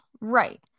right